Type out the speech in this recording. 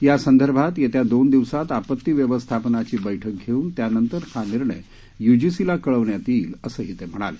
या संदर्भात येत्या दोन दिवसात आपती व्यवस्थापनाची बैठक घेऊन त्यानंतर हा निर्णय य्जीसीला कळवण्यात येईल असंही ते म्हणाले